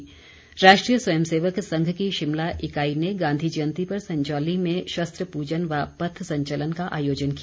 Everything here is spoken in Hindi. आरएसएस राष्ट्रीय स्वयं सेवक संघ की शिमला इकाई ने गांधी जयंती पर संजौली में शस्त्र पूजन व पथ संचलन का आयोजन किया